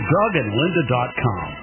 DougAndLinda.com